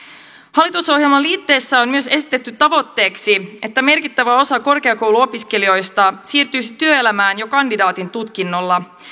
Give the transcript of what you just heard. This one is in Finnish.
hallitusohjelman liitteessä on myös esitetty tavoitteeksi että merkittävä osa korkeakouluopiskelijoista siirtyisi työelämään jo kandidaatin tutkinnolla